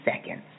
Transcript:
seconds